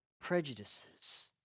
prejudices